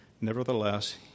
Nevertheless